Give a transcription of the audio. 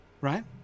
Right